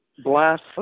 blast